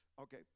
okay